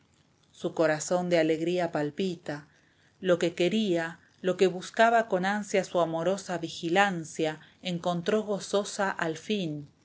su corazón de alegría palpita lo que quería lo que buscaba con ansia su amorosa vigilancia encontró gozosa al fin